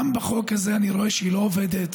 גם בחוק הזה אני רואה שהיא לא עובדת,